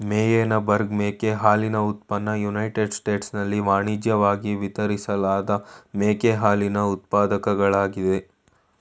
Meyenberg ಮೇಕೆ ಹಾಲಿನ ಉತ್ಪನ್ನ ಯುನೈಟೆಡ್ ಸ್ಟೇಟ್ಸ್ನಲ್ಲಿ ವಾಣಿಜ್ಯಿವಾಗಿ ವಿತರಿಸಲಾದ ಮೇಕೆ ಹಾಲಿನ ಉತ್ಪಾದಕಗಳಾಗಯ್ತೆ